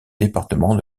département